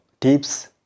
tips